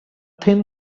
thin